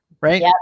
right